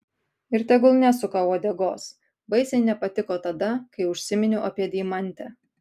ir tegul nesuka uodegos baisiai nepatiko tada kai užsiminiau apie deimantę